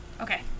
Okay